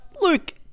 Luke